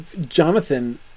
Jonathan